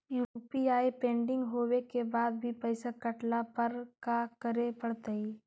UPI pending होवे के बाद भी पैसा कटला पर का करे पड़तई?